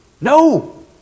No